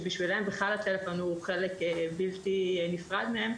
שבשבילם בכלל הטלפון הוא חלק בלתי נפרד מהם,